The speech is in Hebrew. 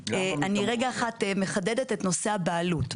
אני רגע אחד מחדדת את נושא הבעלות.